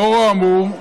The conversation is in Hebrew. לאור האמור,